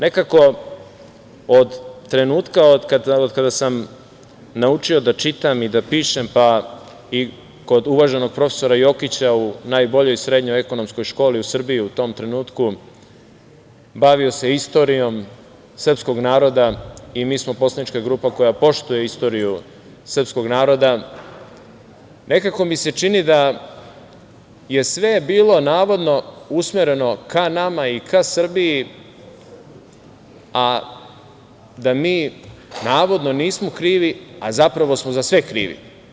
Nekako od trenutka od kada sam naučio da čitam i da pišem, pa i kod uvaženog profesora Jokića u najboljoj srednjoj ekonomskoj školi u Srbiji u tom trenutku bavio se istorijom srpskog naroda i mi smo poslanička grupa koja poštuje istoriju srpskog naroda, nekako mi se čini da je sve bilo navodno usmereno ka nama i ka Srbiji, a da mi navodno nismo krivi, a zapravo smo za sve krivi.